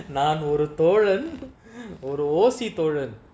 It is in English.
நான் ஒரு தோழன்:naan oru tholan ஒரு:oru O_C தோழன்:tholan